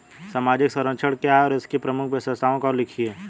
सामाजिक संरक्षण क्या है और इसकी प्रमुख विशेषताओं को लिखिए?